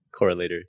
correlator